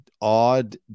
odd